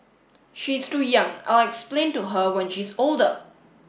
she's too young I'll explain to her when she's older